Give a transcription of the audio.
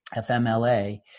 FMLA